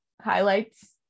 highlights